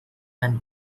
and